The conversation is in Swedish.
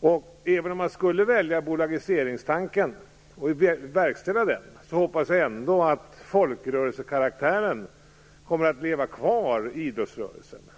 dag. Även om man skulle välja och verkställa bolagiseringstanken hoppas jag att folkrörelsekaraktären kommer att leva kvar i idrottsrörelsen.